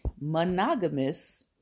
monogamous